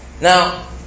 Now